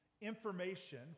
information